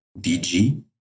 DG